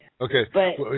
Okay